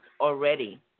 already